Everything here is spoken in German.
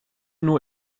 nur